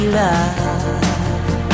love